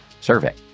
survey